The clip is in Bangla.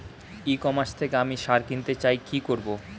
ই কমার্স থেকে আমি সার কিনতে চাই কি করব?